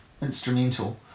instrumental